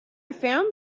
found